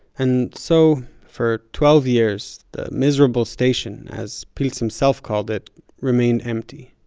and so for twelve years, the miserable station as pilz himself called, it remained empty.